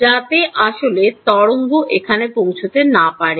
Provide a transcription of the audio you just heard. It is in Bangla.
যাতে আসলে তরঙ্গ এখানে পৌঁছাতে না পারে